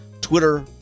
Twitter